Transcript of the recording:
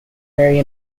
marry